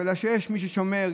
אלא שיש מי ששומר,